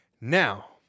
Now